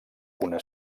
una